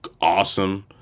awesome